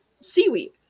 seaweed